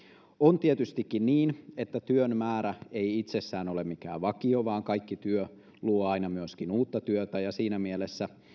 on tietystikin niin että työn määrä ei itsessään ole mikään vakio vaan kaikki työ luo aina myöskin uutta työtä siinä mielessä